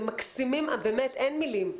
באמת, אין מילים.